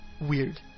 Weird